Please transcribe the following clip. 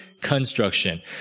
construction